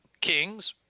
Kings